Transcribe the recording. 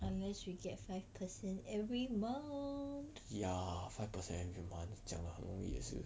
ya five per cent every month 讲得很容易也是